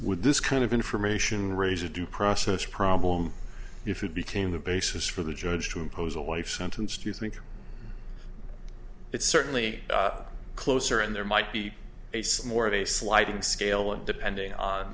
with this kind of information raise or due process problem if you became the basis for the judge to impose a life sentence do you think it's certainly closer and there might be a smore of a sliding scale and depending on